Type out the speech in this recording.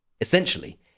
Essentially